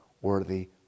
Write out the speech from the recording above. worthy